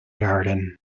garden